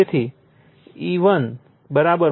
તેથી E1 4